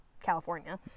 California